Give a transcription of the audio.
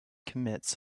commits